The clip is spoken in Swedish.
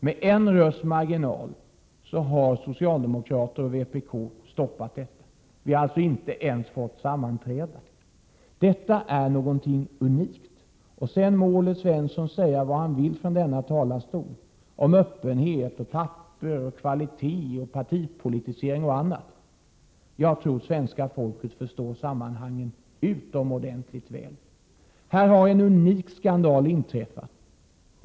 Med en rösts marginal har socialdemokrater och kommunister stoppat detta. Vi har alltså inte ens fått sammanträda. Det är unikt! Sedan må Olle Svensson säga vad han vill från denna talarstol om öppenhet, papper, kvalitet, partipolitisering och annat. Jag tror att svenska folket förstår sammanhangen utomordentligt väl! En unik skandal har inträffat!